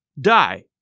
Die